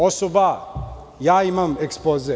Osoba A – ja imam ekspoze.